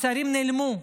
השרים נעלמו,